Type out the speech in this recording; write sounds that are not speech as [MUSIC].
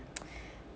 [NOISE]